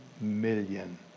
million